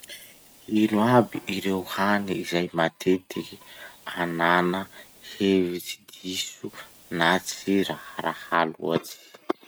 Ino iaby ireo hany izay matetiky anana hevitsy diso na tsy raharahà loatsy?